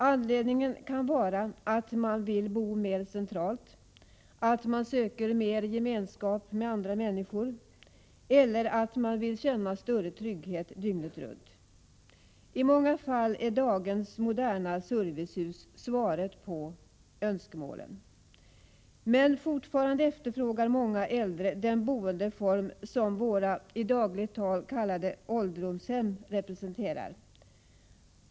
Anledningen kan vara att man vill bo mer centralt, att man söker mer av gemenskap med andra människor eller att man vill känna större trygghet dygnet runt. I många fall är dagens moderna servicehus svaret på önskemålen. Men fortfarande efterfrågar många äldre den boendeform som våra, så i dagligt tal kallade, ålderdomshem representerar.